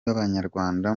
n’abanyarwanda